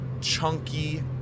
chunky